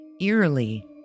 Eerily